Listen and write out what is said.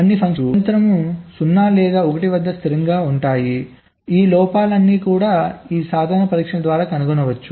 కొన్ని పంక్తులు నిరంతరం 0 లేదా 1 వద్ద స్థిరంగా ఉంటాయి ఈ లోపాలన్నీ ఈ సాధారణ పరీక్షల ద్వారా కనుగొనవచ్చు